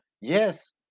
Yes